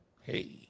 Hey